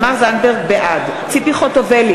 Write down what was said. בעד ציפי חוטובלי,